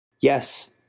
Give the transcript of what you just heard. Yes